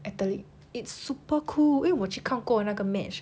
athlete it's super cool 因为我去看过那个 match